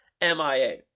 MIA